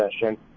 session